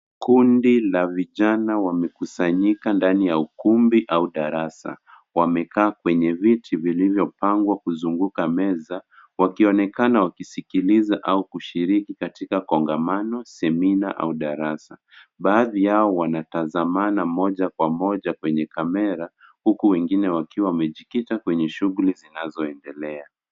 Kundi la vijana wamekusanyika ndani ya ukumbi au darasa. Wamekaa kwenye viti vilivyopangwa kuzunguka meza wakionekana wakisikiliza au kushiriki katika kongamano, semina au darasa. Baadhi yao wanatazamana moja kwa moja kwenye kamera huku wengine wakiwa wamejikita kwenye shughuli zinazoendelea.